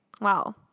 Wow